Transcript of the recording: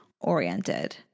oriented